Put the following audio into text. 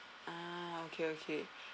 ah okay okay